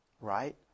right